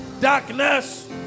Darkness